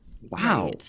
Wow